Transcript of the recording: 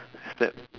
step